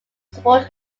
support